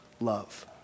love